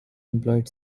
employed